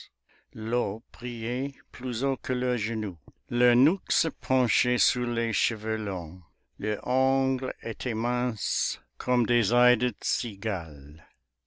l'eau brillait plus haut que leurs genoux leurs nuques se penchaient sous les cheveux longs leurs ongles étaient minces comme des ailes de cigales